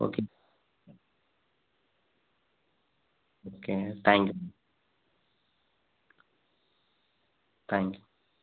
okay okay thank you thank you